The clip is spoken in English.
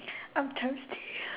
I'm thirsty